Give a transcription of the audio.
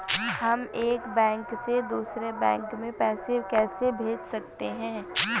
हम एक बैंक से दूसरे बैंक में पैसे कैसे भेज सकते हैं?